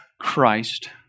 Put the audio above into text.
Christ